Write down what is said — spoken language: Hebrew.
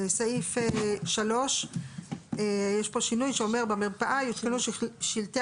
סעיף 3. יש פה שינוי שאומר: במרפאה יותקנו שלטי